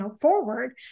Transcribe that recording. forward